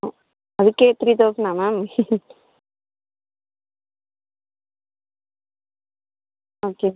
ஆ அதுக்கே த்ரீ தெளசனா ma'am okay